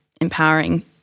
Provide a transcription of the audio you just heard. empowering